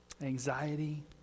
anxiety